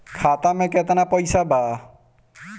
खाता में केतना पइसा बा?